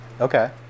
okay